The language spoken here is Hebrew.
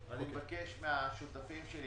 מבקש מהשותפים שלי